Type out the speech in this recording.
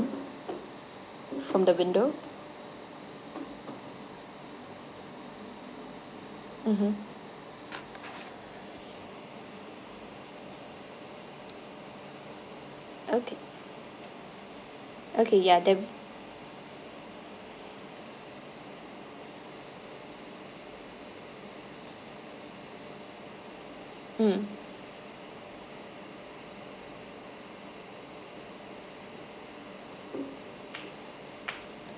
from the window mmhmm okay okay ya there'll mm